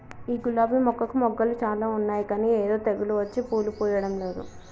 ఈ గులాబీ మొక్కకు మొగ్గలు చాల ఉన్నాయి కానీ ఏదో తెగులు వచ్చి పూలు పూయడంలేదు